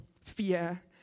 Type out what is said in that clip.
fear